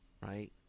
right